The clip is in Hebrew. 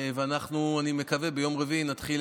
ואני מקווה שאנחנו ביום רביעי נתחיל